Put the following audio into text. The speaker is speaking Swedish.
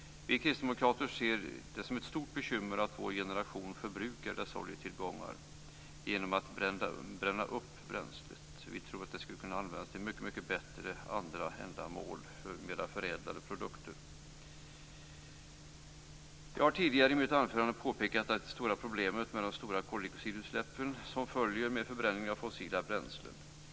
Vi kristdemokrater ser det som ett stort bekymmer att vår generation förbrukar dessa oljetillgångar genom att elda upp bränslet. Vi tror att det skulle kunna användas för bättre ändamål för mer förädlade produkter. Jag har tidigare i mitt anförande påpekat det stora problemet med de stora koldioxidutsläpp som följer av förbränningen av fossila bränslen.